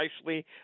nicely